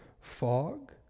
fog